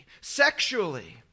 sexually